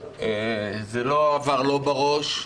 זה לא עבר לו בראש.